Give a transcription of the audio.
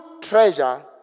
treasure